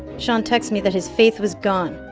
sean texts me that his faith was gone,